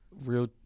real